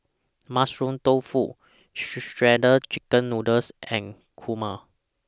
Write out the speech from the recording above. Mushroom Tofu Shredded Chicken Noodles and Kurma